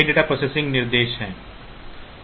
कई data processing निर्देश हैं